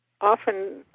often